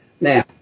Now